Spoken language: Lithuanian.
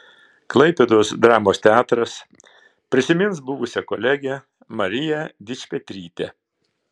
klaipėdos dramos teatras prisimins buvusią kolegę mariją dičpetrytę